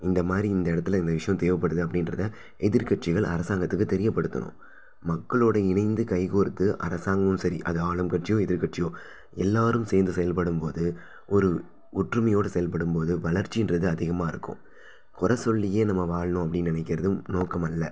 இந்த மாதிரி இந்த இடத்துல இந்த விஷயம் தேவைப்படுது அப்படின்றத எதிர்க்கட்சிகள் அரசாங்கத்துக்கு தெரியப்படுத்தணும் மக்களோடு இணைந்து கைகோர்த்து அரசாங்கமும் சரி அது ஆளும் கட்சியோ எதிர்க்கட்சியோ எல்லாரும் சேர்ந்து செயல்படும் போது ஒரு ஒற்றுமையோடு செயல்படும் போது வளர்ச்சின்றது அதிகமாக இருக்கும் குற சொல்லியே நம்ம வாழணும் அப்படின்னு நினைக்கிறது நோக்கமல்ல